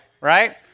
right